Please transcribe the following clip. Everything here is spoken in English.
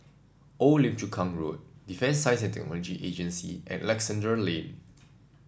Old Lim Chu Kang Road Defence Science and Technology Agency and Alexandra Lane